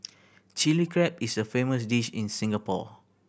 Chilli Crab is a famous dish in Singapore